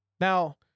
Now